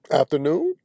afternoon